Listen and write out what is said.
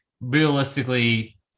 realistically